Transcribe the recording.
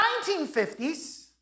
1950s